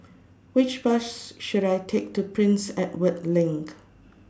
Which Bus should I Take to Prince Edward LINK